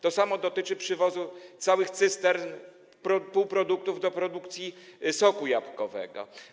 To samo dotyczy przywozu całych cystern półproduktów do produkcji soku jabłkowego.